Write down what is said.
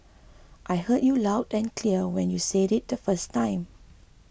I heard you loud and clear when you said it the first time